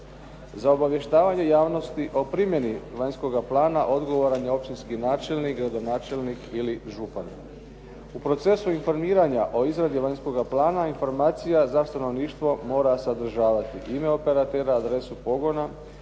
Za obavještavanje javnosti o primjeni vanjskoga plana odgovoran je općinski načelnik, gradonačelnik ili župan. U procesu informiranja o izradi vanjskoga plana informacija za stanovništvo mora sadržavati ime operatera, adresu pogona,